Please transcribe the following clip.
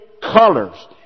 colors